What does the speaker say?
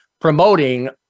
promoting